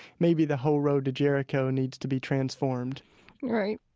maybe the whole road to jericho needs to be transformed right.